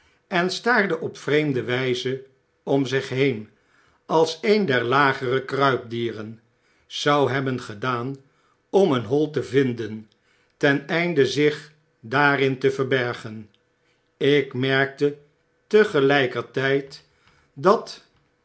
en staarde op vreemde wyze om zich heen als een der lagere kruipdieren zou hebben gedaan om een hoi te vinden ten einde zich daarin te verbergen ik merkte tegelykertyd dat